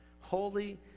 Holy